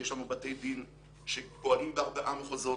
יש לנו בתי דין שפועלים בארבעה מחוזות.